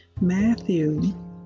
Matthew